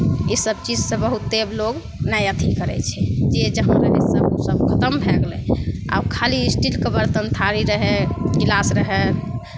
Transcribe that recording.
इसभ चीजसँ बहुते आब लोक नहि अथी करै छै जे जहाँ रहै सभ ओसभ खतम भए गेलै आब खाली स्टीलके बरतन थारी रहै गिलास रहै